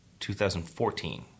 2014